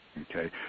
okay